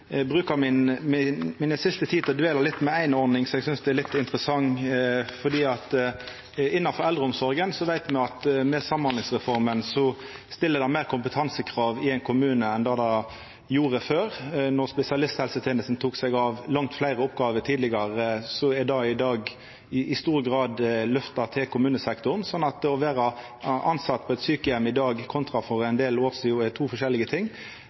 siste minutta til å dvela litt ved ei ordning som eg synest er litt interessant. Me veit at med samhandlingsreforma blir det stilt større kompetansekrav til eldreomsorga i ein kommune enn før. Fleire av oppgåvene spesialisthelsetenesta tok seg av tidlegare, er i dag i stor grad løfta til kommunesektoren, slik at det å vera tilsett på ein sjukeheim i dag kontra for ein del år sidan er to forskjellige ting.